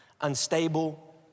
unstable